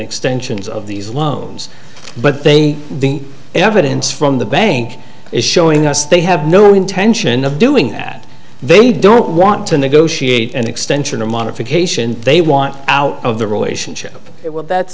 extensions of these loans but they the evidence from the bank is showing us they have no intention of doing that they don't want to negotiate an extension of modification they want out of the relationship it will that